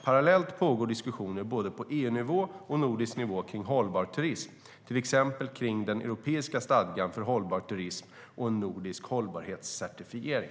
Parallellt pågår diskussioner både på EU-nivå och på nordisk nivå kring hållbar turism, till exempel kring den europeiska stadgan för hållbar turism och en nordisk hållbarhetscertifiering.